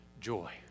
joy